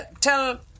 Tell